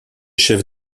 chefs